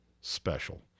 special